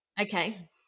Okay